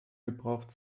gebraucht